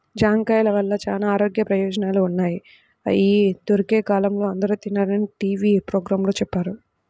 జాంకాయల వల్ల చానా ఆరోగ్య ప్రయోజనాలు ఉన్నయ్, అయ్యి దొరికే కాలంలో అందరూ తినాలని టీవీ పోగ్రాంలో చెప్పారు